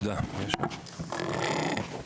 [היו"ר משה שמעון רוט]